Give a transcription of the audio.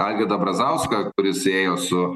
algirdą brazauską kuris ėjo su